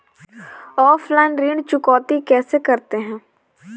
Offline ऋण चुकौती कैसे करते हैं?